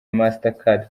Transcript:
mastercard